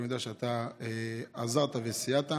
כי אני יודע שאתה עזרת וסייעת.